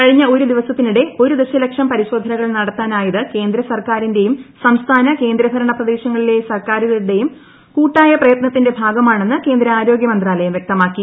കഴിഞ്ഞ ഒരു ദിവസത്തിനിടെ ഒരു ദശലക്ഷം പരിശോധനകൾ നടത്താനായത് കേന്ദ്ര സർക്കാരിന്റേയും സംസ്ഥാന കേന്ദ്രഭരണ പ്രദേശങ്ങളിലെ സർക്കാരുകളുടേയും കൂട്ടായ പ്രയത്നത്തിന്റെ ഭാഗമാണെന്ന് കേന്ദ്ര ആരോഗ്യ മന്ത്രാലയം വ്യക്തമാക്കി